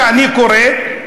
שאני קורא,